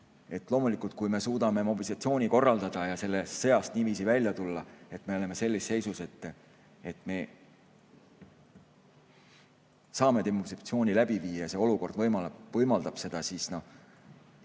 Loomulikult, kui me suudame mobilisatsiooni korraldada ja sellest sõjast niiviisi välja tulla, et me oleme sellises seisus, et me saame demobilisatsiooni läbi viia ja olukord võimaldab seda, siis me